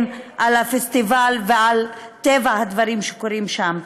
על הפסטיבל ועל טבע הדברים שקורים שם.